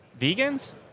Vegans